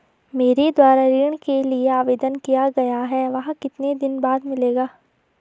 मेरे द्वारा ऋण के लिए आवेदन किया गया है वह कितने दिन बाद मिलेगा?